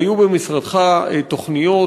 היו במשרדך תוכניות,